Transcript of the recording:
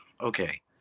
Okay